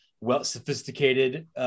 well-sophisticated